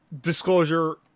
Disclosure